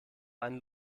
einen